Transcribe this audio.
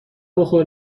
بخور